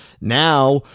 now